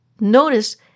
notice